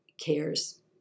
cares